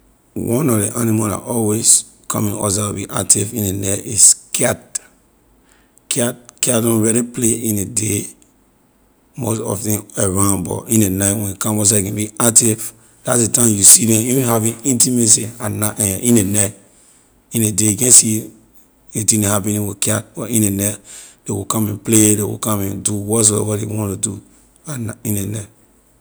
One nor ley animal la always coming outside to be active in ley night is cat, cat cat don’t really play in ley day most often around about in ley night when a come outside a can be active that’s the time you see them even having intimacy at night in ley night in ley day you can’t see ley thing neh happening with cat but in ley night ley will come and play ley will come do whatsoever ley wanna do at nigh- in ley night.